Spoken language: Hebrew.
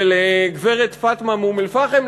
וגברת פאטמה מאום-אלפחם,